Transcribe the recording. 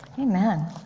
Amen